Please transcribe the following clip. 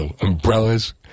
umbrellas